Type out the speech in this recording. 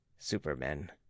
Supermen